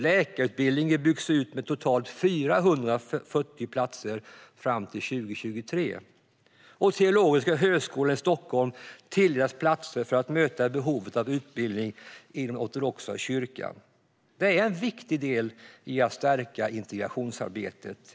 Läkarutbildningen byggs ut med totalt 440 platser fram till 2023. Teologiska högskolan i Stockholm tilldelas platser för att möta behovet av utbildning inom den ortodoxa kyrkan. Det är en viktig del i att stärka integrationsarbetet.